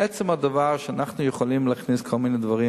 עצם הדבר, שאנחנו יכולים להכניס כל מיני דברים